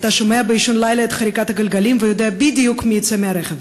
אתה שומע באישון לילה את חריקת הגלגלים ויודע בדיוק מי יצא מהרכב.